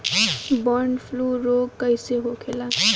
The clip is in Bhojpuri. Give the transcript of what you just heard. बर्ड फ्लू रोग कईसे होखे?